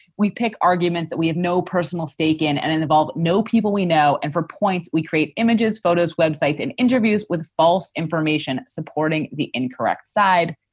we pick arguments that we have no personal stake in and involve no people we know. and for points we create images, photos, websites and interviews with false information supporting the incorrect side.